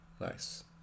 Nice